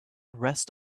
rest